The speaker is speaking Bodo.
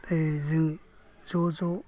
जों ज' ज'